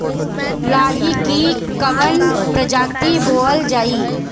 लाही की कवन प्रजाति बोअल जाई?